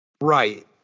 Right